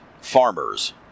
farmers